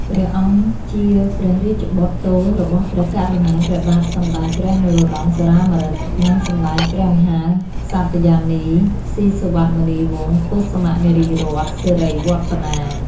ព្រះអង្គជាព្រះរាជបុត្រទោលរបស់ព្រះករុណា ព្រះបាទសម្ដេចព្រះនរោត្តម សុរាម្រិត និងសម្ដេចព្រះមហាក្សត្រិយានី ស៊ីសុវត្ថិមុនីវង្ស កុសុមៈនារីរតន៍ សិរីវឌ្ឍនា។